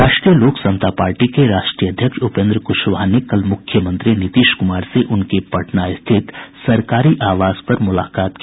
राष्ट्रीय लोक समता पार्टी के राष्ट्रीय अध्यक्ष उपेन्द्र क्शवाहा ने कल मुख्यमंत्री नीतीश कुमार से उनके पटना स्थित सरकारी आवास पर मुलाकात की